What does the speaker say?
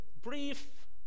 brief